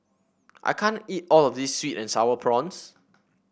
I can't eat all of this sweet and sour prawns